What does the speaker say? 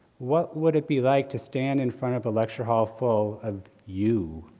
what would it be like to stand in front of a lecture hall full of you,